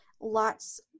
lots